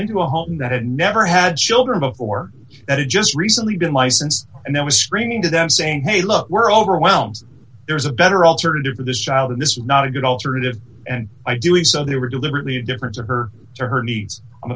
into a home that had never had children before that had just recently been license and that was screaming to them saying hey look we're overwhelmed there is a better alternative for this child and this is not a good alternative and ideally so they were deliberately difference of her